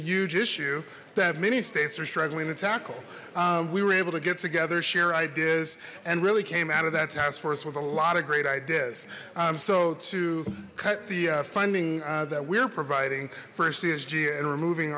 huge issue that many states are struggling to tackle we were able to get together share ideas and really came out of that task force with a lot of great ideas so to cut the funding that we're providing for